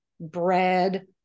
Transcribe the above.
bread